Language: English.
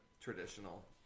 traditional